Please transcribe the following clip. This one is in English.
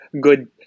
good